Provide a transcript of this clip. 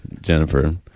Jennifer